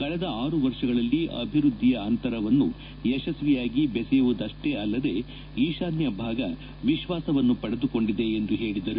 ಕಳೆದ ಆರು ವರ್ಷಗಳಲ್ಲಿ ಅಭಿವೃದ್ದಿಯ ಅಂತರವನ್ನುಯಶಸ್ವಿಯಾಗಿ ಬೆಸೆಯುವುದಷ್ಟೇ ಅಲ್ಲದೆ ಈಶಾನ್ಯ ಭಾಗ ವಿಶ್ವಾಸವನ್ನು ಪಡೆದುಕೊಂಡಿದೆ ಎಂದು ಹೇಳಿದರು